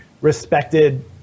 respected